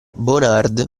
bonard